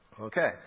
Okay